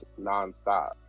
nonstop